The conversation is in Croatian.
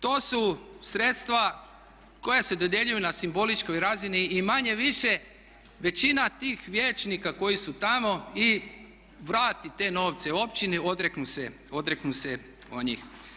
To su sredstva koja se dodjeljuju na simboličkoj razini i manje-više većina tih vijećnika koji su tamo i vrati te novce općini, odreknu se njih.